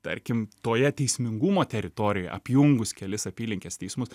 tarkim toje teismingumo teritorijoje apjungus kelis apylinkės teismus